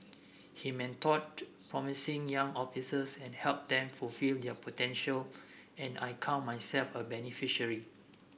he mentored promising young officers and helped them fulfil their potential and I count myself a beneficiary